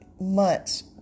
months